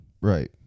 right